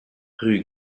rue